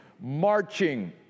marching